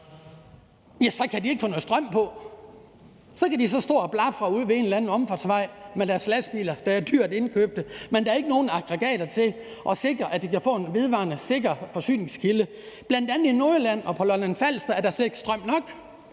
kan de ikke få noget strøm på. Så kan de stå og blafre ude ved en eller anden omfartsvej med deres dyrt købte lastbiler, men der er ikke nogen aggregater til at sikre, at de kan få en vedvarende sikker forsyningskilde. Bl.a. i Nordjylland og på Lolland-Falster er der slet ikke strøm nok.